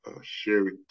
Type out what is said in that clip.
Sherry